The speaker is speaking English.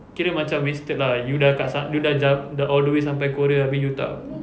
kira macam wasted lah you dah dekat sana you dah ja~ dah all the way sampai korea abeh you tak